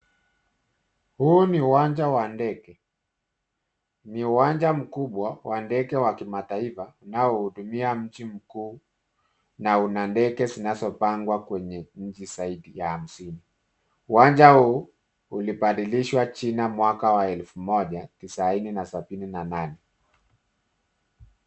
Huu ni uwanja wa ndege. Ni uwanja mkubwa, wa ndege wa kimataifa unao hudumia nchi mkuu na una ndege zinazo pangwa kwenye nchi zaidi ya msingi. Uwanja huu ulibadilishwa jina mwaka wa elfu moja, tisaini na sabini na nane.